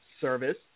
Service